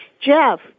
Jeff